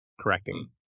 Correcting